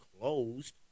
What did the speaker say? closed